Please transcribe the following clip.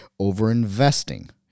overinvesting